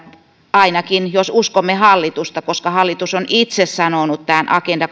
ainakin jos uskomme hallitusta koska hallitus on itse sanonut tämän agenda